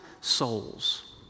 souls